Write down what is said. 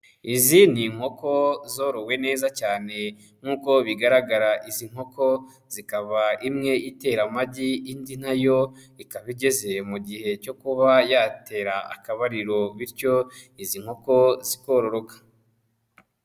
Izi ni inkoko zorowe neza cyane, nk'uko bigaragara izi nkoko zikaba imwe itera amagi indi na yo ikaba igeze mu gihe cyo kuba yatera akabariro bityo izi nkoko sikororoka.